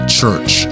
Church